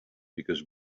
because